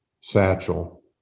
Satchel